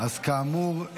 כאמור,